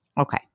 Okay